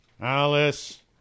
Alice